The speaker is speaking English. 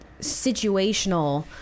situational